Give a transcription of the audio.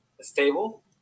stable